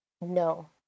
no